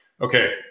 okay